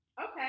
okay